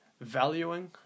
valuing